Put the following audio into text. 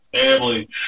Family